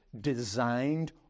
designed